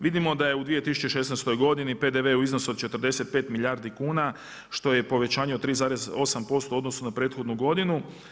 Vidimo da je u 2016. godini PDV-u iznos od 45 milijardi kuna što je povećanje od 3,8% u odnosu na prethodnu godinu.